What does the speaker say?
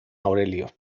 aurelio